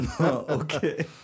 Okay